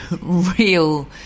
real